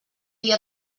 dia